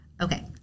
okay